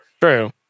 True